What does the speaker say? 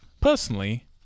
Personally